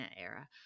era